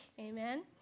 Amen